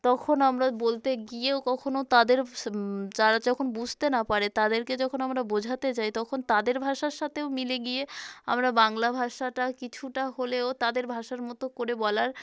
তখন আমরা বলতে গিয়েও কখনও তাদের যারা যখন বুঝতে না পারে তাদেরকে যখন আমরা বোঝাতে যাই তখন তাদের ভাষার সাথেও মিলে গিয়ে আমরা বাংলা ভাষাটা কিছুটা হলেও তদের ভাষার মতো করে বলার